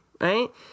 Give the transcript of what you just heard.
Right